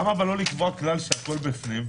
למה לא לקבוע כלל שהכול בפנים,